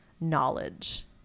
knowledge